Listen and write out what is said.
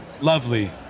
lovely